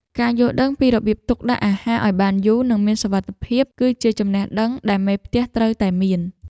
ការយល់ដឹងពីរបៀបទុកដាក់អាហារឱ្យបានយូរ និងមានសុវត្ថិភាព គឺជាចំណេះដឹងដែលមេផ្ទះត្រូវតែមាន។